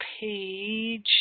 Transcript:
page